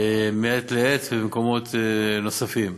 מעת לעת במקומות נוספים.